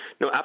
No